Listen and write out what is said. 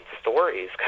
stories